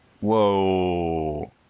whoa